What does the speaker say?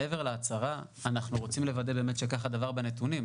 אנחנו רוצים לוודא שכך הדבר בנתונים,